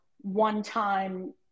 one-time